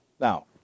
Now